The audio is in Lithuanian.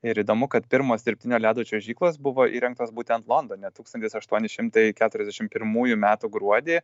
ir įdomu kad pirmos dirbtinio ledo čiuožyklos buvo įrengtos būtent londone tūkstantis aštuoni šimtai keturiasdešim pirmųjų metų gruodį